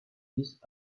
dix